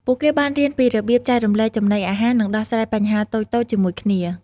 ពួកគេបានរៀនពីរបៀបចែករំលែកចំណីអាហារ និងដោះស្រាយបញ្ហាតូចៗជាមួយគ្នា។